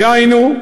דהיינו,